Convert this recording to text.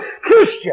Christian